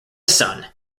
son